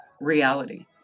reality